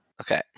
Okay